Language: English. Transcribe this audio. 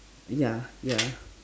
ya ya